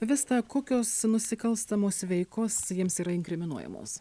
vista kokios nusikalstamos veikos jiems yra inkriminuojamos